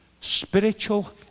spiritual